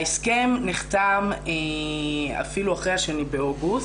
ההסכם נחתם אפילו אחרי 2 לאוגוסט,